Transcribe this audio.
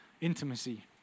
intimacy